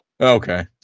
Okay